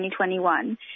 2021